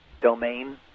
domain